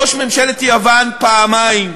ראש ממשלת יוון פעמיים,